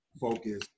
focus